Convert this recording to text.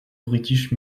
british